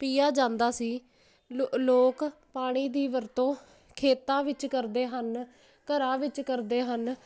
ਪੀਆ ਜਾਂਦਾ ਸੀ ਲ ਲੋਕ ਪਾਣੀ ਦੀ ਵਰਤੋਂ ਖੇਤਾਂ ਵਿੱਚ ਕਰਦੇ ਹਨ ਘਰਾਂ ਵਿੱਚ ਕਰਦੇ ਹਨ